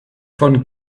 von